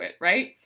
right